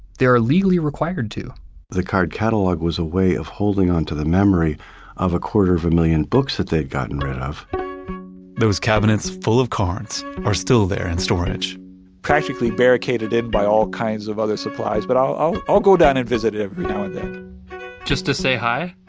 are legally required to the card catalog was a way of holding onto the memory of a quarter of a million books that they had gotten rid those cabinets full of cards are still there in storage practically barricaded in by all kinds of other supplies, but i'll i'll go down and visit it every now and then just to say hi?